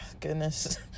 goodness